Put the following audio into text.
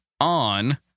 on